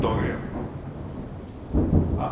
തുകയോ അ